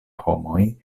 homoj